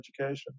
education